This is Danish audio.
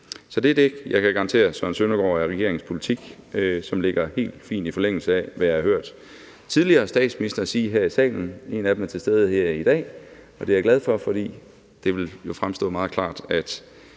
Så det er det, jeg kan garantere hr. Søren Søndergaard, altså at det er regerings politik, som ligger helt fint i forlængelse af, hvad jeg har hørt tidligere statsministre sige her i salen – en af dem er til stede her i dag, og det er jeg glad for, for det vil jo fremstå meget klart, at